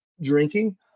drinking